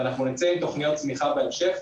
ואנחנו נצא עם תוכניות צמיחה בהמשך.